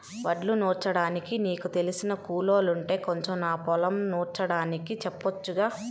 వడ్లు నూర్చడానికి నీకు తెలిసిన కూలోల్లుంటే కొంచెం నా పొలం నూర్చడానికి చెప్పొచ్చుగా